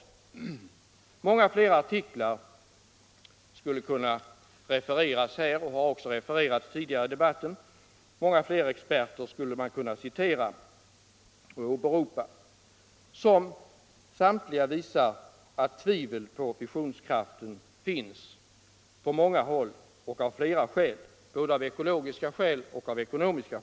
Många fler artiklar skulle kunna refereras här och har också tidigare refererats i debatten. Många fler experter skulle kunna citeras och åberopas. De kan alla visa det tvivel på fissionskraften som finns på många håll och av flera skäl, t.ex. ekologiska och ekonomiska.